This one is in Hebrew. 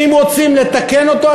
ואם רוצים לתקן אותו,